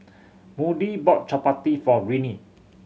Moody bought chappati for Renea